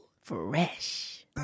Fresh